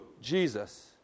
Jesus